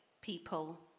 people